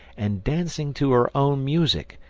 and dancing to her own music,